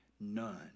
None